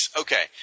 Okay